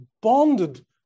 bonded